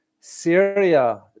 Syria